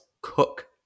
Cook